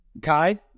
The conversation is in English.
kai